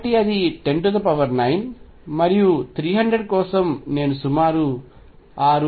కాబట్టి అది 109మరియు 300 కోసం నేను సుమారు 6 లేదా 7